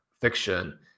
fiction